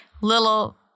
little